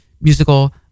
musical